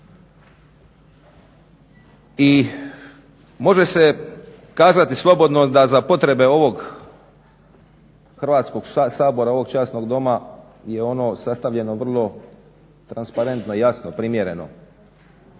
i može se kazati slobodno da za potrebe ovog Hrvatskog sabora ovog časnog Doma je ono sastavljeno vrlo transparentno, jasno, primjereno.